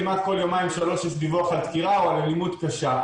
כמעט כל יומיים שלושה יש דיווח על דקירה או על אלימות קשה.